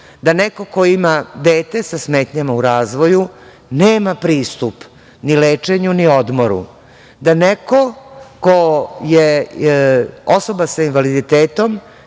da neko ko ima dete sa smetnjama u razvoju, nema pristup ni lečenju ni odmoru, da neko ko je osoba sa invaliditetom